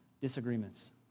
disagreements